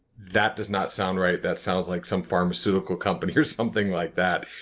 that does not sound right. that sounds like some pharmaceutical company or something like that.